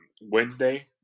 Wednesday